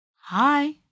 Hi